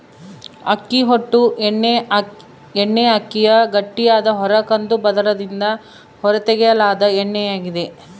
ಅಕ್ಕಿ ಹೊಟ್ಟು ಎಣ್ಣೆಅಕ್ಕಿಯ ಗಟ್ಟಿಯಾದ ಹೊರ ಕಂದು ಪದರದಿಂದ ಹೊರತೆಗೆಯಲಾದ ಎಣ್ಣೆಯಾಗಿದೆ